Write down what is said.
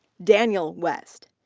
daniel west.